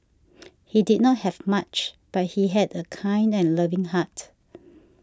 he did not have much but he had a kind and loving heart